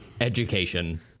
education